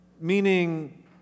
Meaning